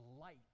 light